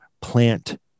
plant